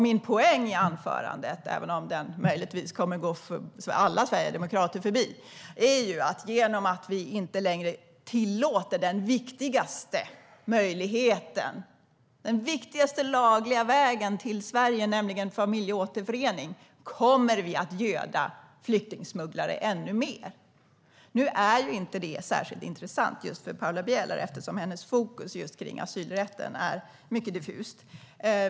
Min poäng i mitt anförande - den kommer möjligtvis att gå alla sverigedemokrater förbi - är att vi genom att vi inte längre kommer att tillåta den viktigaste lagliga vägen till Sverige, nämligen familjeåterförening, kommer att göda flyktingsmugglare ännu mer. Nu är det inte särskilt intressant för just Paula Bieler, eftersom hennes fokus när det gäller asylrätten är mycket diffust.